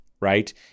right